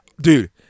Dude